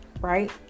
right